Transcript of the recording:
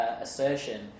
assertion